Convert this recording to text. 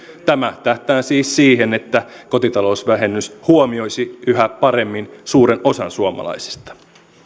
tämä tähtää siis siihen että kotitalousvähennys huomioisi yhä paremmin suuren osan suomalaisista